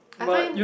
I find him